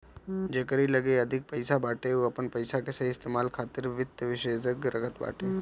जेकरी लगे अधिक पईसा बाटे उ अपनी पईसा के सही इस्तेमाल खातिर वित्त विशेषज्ञ रखत बाटे